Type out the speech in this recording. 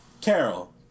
Carol